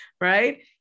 right